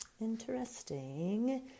Interesting